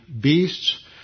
beasts